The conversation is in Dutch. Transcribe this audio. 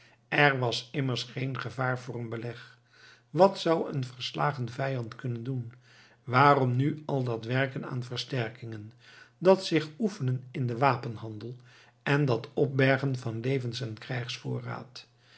er was immers geen gevaar voor een beleg wat zou een verslagen vijand kunnen doen waarom nu al dat werken aan versterkingen dat zich oefenen in den wapenhandel en dat opbergen van levens en